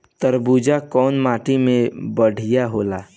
तरबूज कउन माटी पर बढ़ीया होला?